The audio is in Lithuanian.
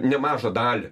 nemažą dalį